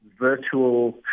virtual